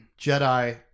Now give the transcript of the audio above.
Jedi